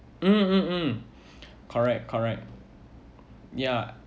um mm mm correct correct ya